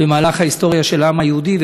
במהלך ההיסטוריה של העם היהודי.